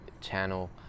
channel